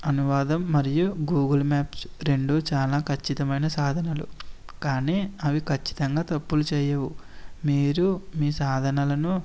అనువాదం మరియు Google maps రెండు చాలా ఖచ్చితమైన సాధనలు కానీ అవి ఖచ్చితంగా తప్పులు చేయవు మీరు మీ సాధనలను